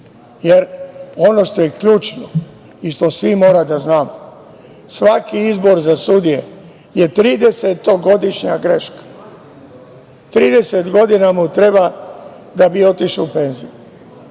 toga. Ono što je ključno i što svi moramo da znamo, svaki izbor za sudije je 30-godišnja greška. Trideset godina mu treba da bi otišao u penziju